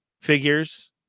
figures